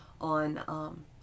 on